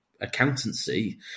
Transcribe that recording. accountancy